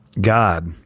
God